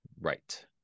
Right